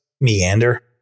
meander